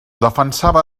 defensava